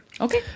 Okay